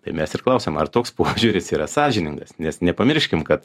tai mes ir klausiam ar toks požiūris yra sąžiningas nes nepamirškim kad